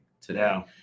today